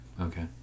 Okay